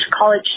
college